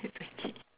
it's okay